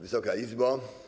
Wysoka Izbo!